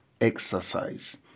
exercise